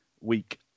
Week